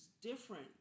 different